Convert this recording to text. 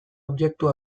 objektu